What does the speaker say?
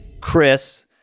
Chris